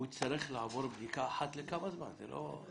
הוא צריך לעבור בדיקה אחת לזמן מה.